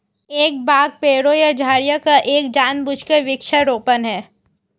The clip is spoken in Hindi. एक बाग पेड़ों या झाड़ियों का एक जानबूझकर वृक्षारोपण है